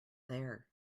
there